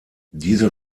diese